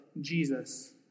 Jesus